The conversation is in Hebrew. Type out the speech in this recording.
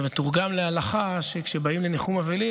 זה מתורגם להלכה שכשבאים לניחום אבלים,